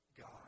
God